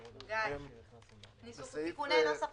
רשאי להצביע על הסעיף בתום ההצבעה על ההסתייגויות על אותו